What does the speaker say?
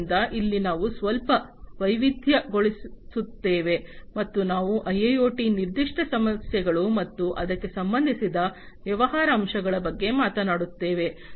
ಆದ್ದರಿಂದ ಅಲ್ಲಿ ನಾವು ಸ್ವಲ್ಪ ವೈವಿಧ್ಯಗೊಳಿಸುತ್ತೇವೆ ಮತ್ತು ನಾವು ಐಐಒಟಿ ನಿರ್ದಿಷ್ಟ ಸಮಸ್ಯೆಗಳು ಮತ್ತು ಅದಕ್ಕೆ ಸಂಬಂಧಿಸಿದ ವ್ಯವಹಾರ ಅಂಶಗಳ ಬಗ್ಗೆ ಮಾತನಾಡುತ್ತೇವೆ